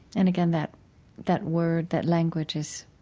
and again, that that word, that language, is